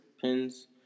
pins